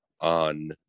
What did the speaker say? on